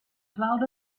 cloud